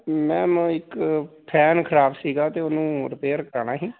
ma'am ਇੱਕ fan ਖਰਾਬ ਸੀਗਾ ਅਤੇ ਉਹਨੂੰ ਰਿਪੇਅਰ ਕਰਵਾਉਣਾ ਸੀ